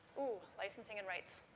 ooh, licensing and rights.